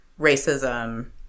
racism